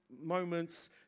moments